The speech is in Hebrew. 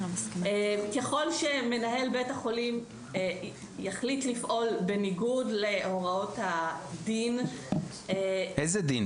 ככל שמנהל בית החולים יחליט לפעול בניגוד להוראות הדין --- איזה דין,